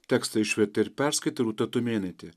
tekstą išvertė ir perskaitė rūta tumėnaitė